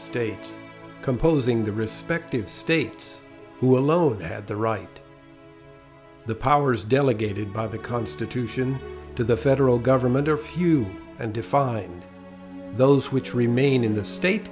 states composing the respective states who alone had the right the powers delegated by the constitution to the federal government are few and defined those which remain in the state